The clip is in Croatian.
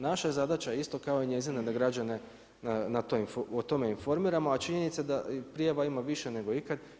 Naša je zadaća isto kao i njezina da građane o tome informiramo a činjenica je da prijava ima više nego ikad.